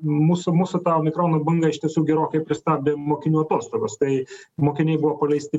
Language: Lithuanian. mūsų mūsų ta omikrono bangą iš tiesų gerokai pristabdė mokinių atostogos tai mokiniai buvo paleisti